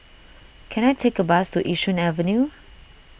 can I take a bus to Yishun Avenue